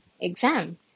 exam